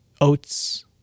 Oats